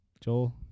Joel